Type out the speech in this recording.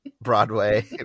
Broadway